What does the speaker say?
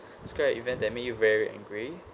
describe an event that made you very angry